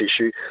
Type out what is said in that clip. issue